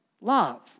love